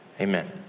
Amen